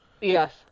Yes